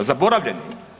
Zaboravljeni.